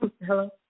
Hello